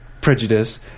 prejudice